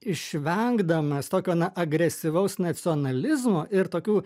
išvengdamas tokio na agresyvaus nacionalizmo ir tokių